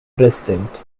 president